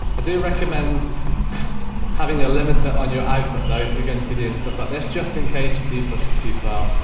do recommend having a limiter on your i-put if you're going to be doing stuff like this, just in case you do push it too far.